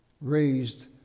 raised